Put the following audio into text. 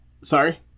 Sorry